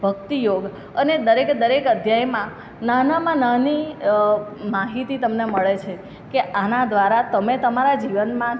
ભક્તિ યોગ અને દરેકે દરેક અધ્યાયમાં નાનામાં નાની માહિતી તમને મળે છે કે આના દ્વારા તમે તમારા જીવનમાં